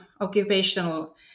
occupational